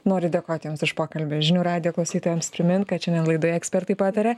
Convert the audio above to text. noriu dėkoti jums už pokalbį žinių radijo klausytojams primint kad šiandien laidoje ekspertai pataria